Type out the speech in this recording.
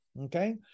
okay